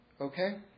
Okay